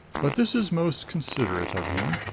but this is most considerate of him.